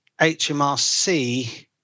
HMRC